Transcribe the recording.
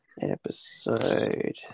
episode